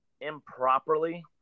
improperly